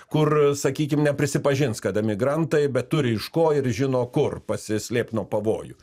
kur sakykim neprisipažins kad emigrantai bet turi iš ko ir žino kur pasislėpt nuo pavojų